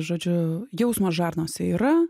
žodžiu jausmas žarnose yra